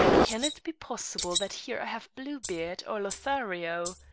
can it be possible that here i have bluebeard or lothario?